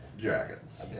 dragons